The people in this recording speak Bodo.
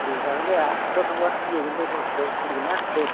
दे जागोन दे आदथायाव थांबा थिग जाहैगोन दे दसथायाव खुलिगोन्ना दे